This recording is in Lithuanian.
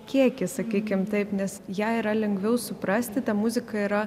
kiekį sakykim taip nes ją yra lengviau suprasti ta muzika yra